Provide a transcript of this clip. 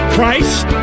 Christ